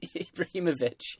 Ibrahimovic